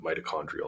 mitochondrial